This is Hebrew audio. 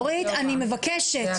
דורית, אני מבקשת.